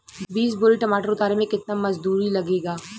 बीस बोरी टमाटर उतारे मे केतना मजदुरी लगेगा?